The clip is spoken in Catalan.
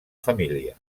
família